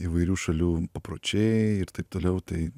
įvairių šalių papročiai ir taip toliau tai